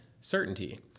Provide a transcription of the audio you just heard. certainty